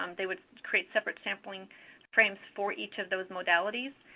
um they would create separate sampling frames for each of those modalities.